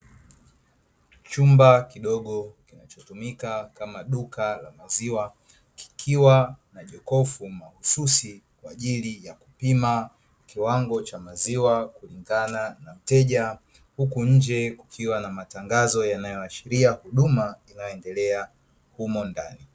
Chumba kidogo kinachotumika kama duka la maziwa, kikiwa na jokofu mahususi kwa ajili ya kupima kiwango cha maziwa kulingana na mteja, huku nje kukiwa na matangazo yanayoashiria huduma inayoendelea humo ndani.